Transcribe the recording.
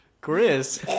Chris